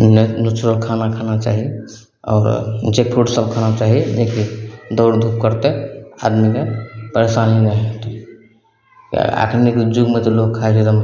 नहि नेचुरल खाना खाना चाही आओर जे फ्रूट सभ खाना चाही लेकिन दौड़ धूप करतय आदमीके परेशानी नहि हेतय तऽ एखनीके युगमे तऽ लोक खायल एकदम